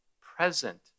present